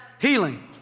Healing